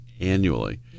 annually